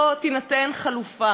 הרי אפשר למצוא חלופות,